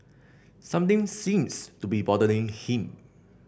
something seems to be bothering him